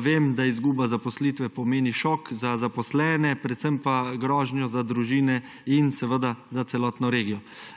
Vem, da izguba zaposlitve pomeni šok za zaposlene, predvsem pa grožnjo za družine in za celotno regijo.